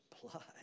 blood